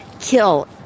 kill